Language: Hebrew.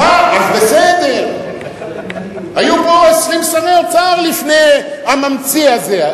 אז בסדר, היו פה 20 שרי אוצר לפני הממציא הזה.